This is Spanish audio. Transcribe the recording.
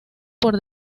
por